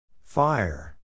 Fire